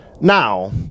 now